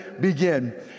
Begin